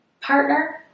partner